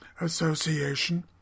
Association